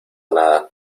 nada